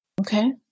Okay